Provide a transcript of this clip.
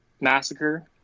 massacre